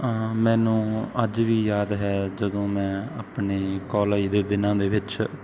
ਹਾਂ ਮੈਨੂੰ ਅੱਜ ਵੀ ਯਾਦ ਹੈ ਜਦੋਂ ਮੈਂ ਆਪਣੇ ਕੋਲਜ ਦੇ ਦਿਨਾਂ ਦੇ ਵਿੱਚ